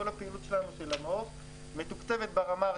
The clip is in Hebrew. כל הפעילות שלנו של המעוף מתוקצבת ברמה הארצית,